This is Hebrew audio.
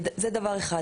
זה דבר אחד.